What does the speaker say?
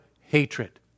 hatred